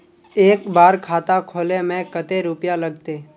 एक बार खाता खोले में कते रुपया लगते?